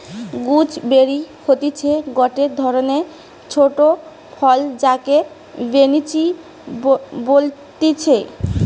gooseberry হতিছে গটে ধরণের ছোট ফল যাকে বৈনচি বলতিছে